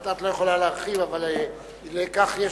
את לא יכולה להרחיב, אבל על כך יש